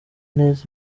neza